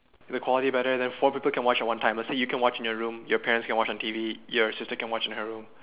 the quality better then four people can watch at one time let's say you can watch in your room your parents can watch on the T_V your sister can watch in her room